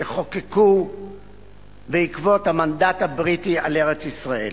שחוקקו בעקבות המנדט הבריטי על ארץ-ישראל.